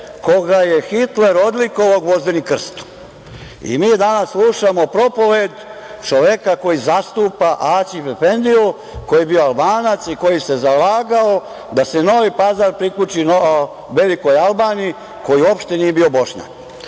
koga je Hitler odlikovao „Gvozdenim krstom“ i mi danas slušamo propoved čoveka koji zastupa Aćif efendiju, koji je bio Albanac i koji se zalagao da se Novi Pazar priključi velikoj Albaniji, koji uopšte nije bio Bošnjak. Dame